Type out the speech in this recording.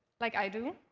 like i do,